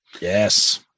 Yes